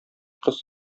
кыз